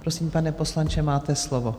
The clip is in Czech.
Prosím, pane poslanče, máte slovo.